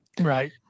Right